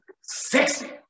sexy